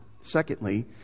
Secondly